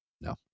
no